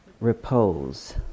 repose